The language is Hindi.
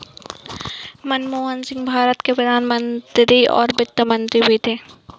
मनमोहन सिंह भारत के प्रधान मंत्री और वित्त मंत्री भी थे